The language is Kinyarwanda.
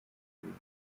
inyuma